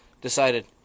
Decided